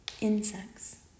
insects